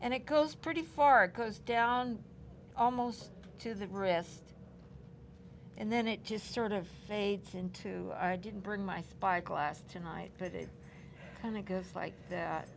and it goes pretty far it goes down almost to the wrist and then it just sort of fade into i didn't bring my spyglass tonight but it kind of gives